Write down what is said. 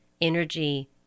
energy